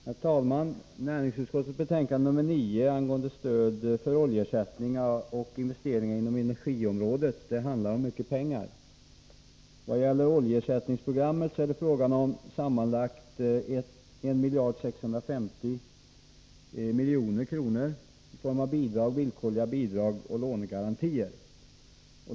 Herr talman! Näringsutskottets betänkande 9 angående stöd för oljeersättningar och investeringar inom energiområdet handlar om mycket pengar. Vad gäller oljeersättningsprogrammet är det fråga om sammanlagt 1650 000 000 kr. i form av villkorliga bidrag och lånegarantier.